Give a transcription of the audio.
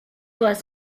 was